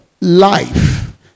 Life